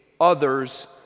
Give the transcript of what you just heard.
others